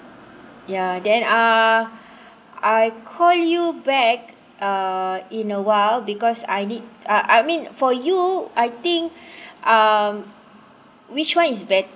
ya then uh I call you back uh in a while because I need uh I mean for you I think um which one is better